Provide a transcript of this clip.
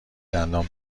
دندان